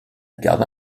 garde